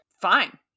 Fine